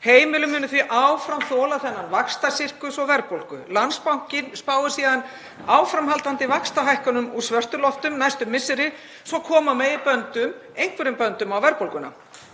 Heimilin munu því áfram þurfa að þola þennan vaxtasirkus og verðbólgu. Landsbankinn spáir síðan áframhaldandi vaxtahækkunum úr Svörtuloftum næstu misseri svo koma megi einhverjum böndum á verðbólguna.